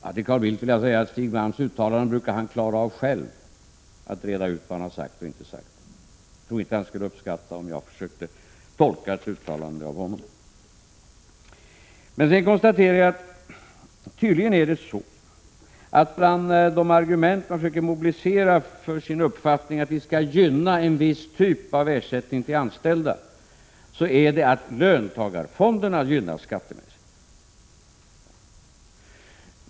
Som svar på Carl Bildts uttalande vill jag säga att Stig Malm själv brukar reda ut vad han har sagt. Jag tror inte att han skulle uppskatta, om jag försökte tolka hans uttalanden. Tydligen är det så, att bland de argument som man försöker mobilisera för sin uppfattning, att vi bör gynna en viss typ av ersättning till anställda, återfinns argumentet att löntagarfonderna gynnas skattemässigt.